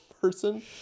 person